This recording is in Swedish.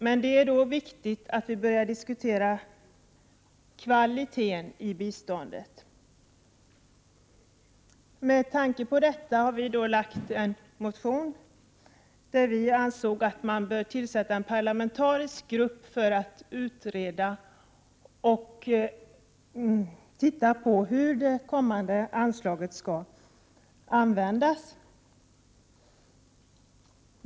Men det är då viktigt att vi börjar diskutera kvaliteten i biståndet. Med tanke på detta har vi avgett en motion i vilken vi föreslår att man skall tillsätta en parlamentarisk grupp för att utreda hur det kommande anslaget skall användas.